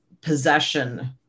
possession